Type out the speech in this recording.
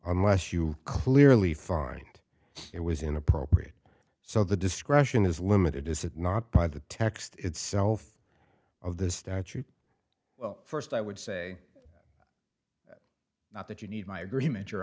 unless you clearly find it was inappropriate so the discretion is limited is it not by the text itself of the statute first i would say not that you need my agreement